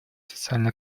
социально